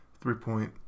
three-point